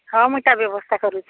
ହଁ ମୁଇଁ ତା ବ୍ୟବସ୍ଥା କରୁଛି